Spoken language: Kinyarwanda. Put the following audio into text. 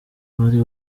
bari